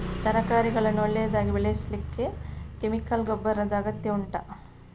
ತರಕಾರಿಗಳನ್ನು ಒಳ್ಳೆಯದಾಗಿ ಬೆಳೆಸಲಿಕ್ಕೆ ಕೆಮಿಕಲ್ ಗೊಬ್ಬರದ ಅಗತ್ಯ ಉಂಟಾ